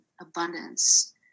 abundance